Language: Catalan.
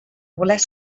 voler